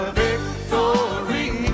victory